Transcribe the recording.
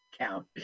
count